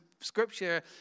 Scripture